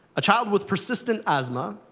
a child with persistent asthma